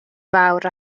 fawr